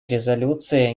резолюции